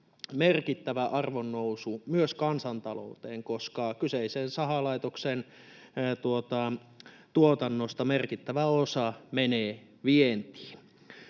merkittävä arvonnousu myös kansantalouteen, koska kyseisen sahalaitoksen tuotannosta merkittävä osa menee vientiin.